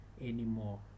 anymore